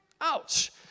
Ouch